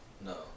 no